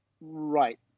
Right